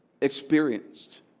experienced